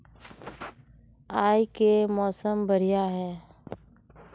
आय के मौसम बढ़िया है?